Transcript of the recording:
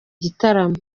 gitaramo